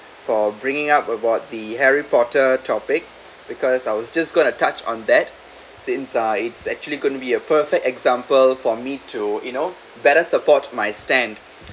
for bringing up about the harry potter topic because I was just going to touch on that since uh it actually going to be a perfect example for me to you know better support my stand